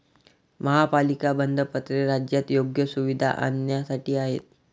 महापालिका बंधपत्रे राज्यात योग्य सुविधा आणण्यासाठी आहेत